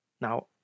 Now